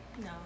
No